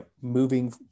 moving